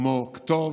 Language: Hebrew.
כמו "כתוב",